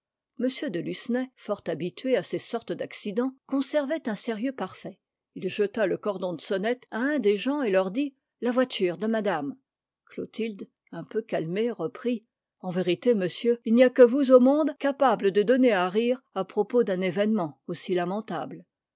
de lucenay fort habitué à ces sortes d'accidents conservait un sérieux parfait il jeta le cordon de sonnette à un des gens et leur dit la voiture de madame clotilde un peu calmée reprit en vérité monsieur il n'y a que vous au monde capable de donner à rire à propos d'un événement aussi lamentable